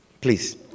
please